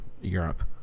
europe